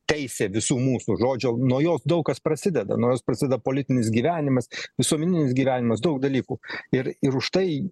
teisė visų mūsų žodžio nuo jos daug kas prasideda nuo jos prasideda politinis gyvenimas visuomeninis gyvenimas daug dalykų ir ir už tai